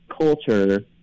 culture